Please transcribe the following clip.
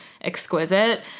exquisite